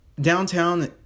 Downtown